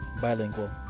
bilingual